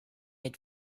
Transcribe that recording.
had